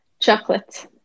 chocolate